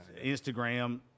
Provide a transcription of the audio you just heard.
instagram